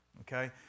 Okay